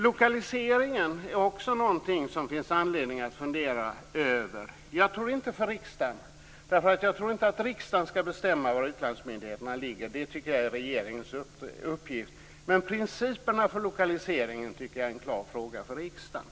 Lokaliseringen är också någonting som det finns anledning att fundera över, men inte för riksdagen. Jag tycker inte att riksdagen skall bestämma var utlandsmyndigheten skall ligga. Det är regeringens uppgift. Men principerna för lokaliseringen är en klar fråga för riksdagen.